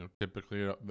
typically